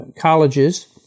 colleges